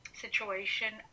situation